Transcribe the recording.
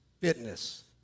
fitness